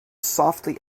softly